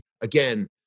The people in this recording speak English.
again